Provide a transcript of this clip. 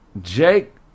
Jake